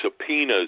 subpoenas